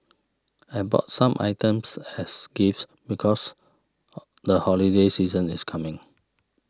I bought some items as gifts because the holiday season is coming